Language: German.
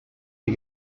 die